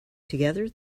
together